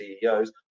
CEOs